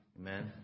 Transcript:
Amen